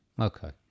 Okay